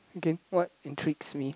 okay what intrigues me